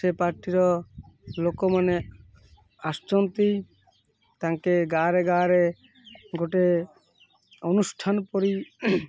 ସେ ପାର୍ଟିର ଲୋକମାନେ ଆସୁଛନ୍ତି ତାଙ୍କେ ଗାଁରେ ଗାଁରେ ଗୋଟେ ଅନୁଷ୍ଠାନ ପରି